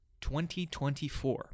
2024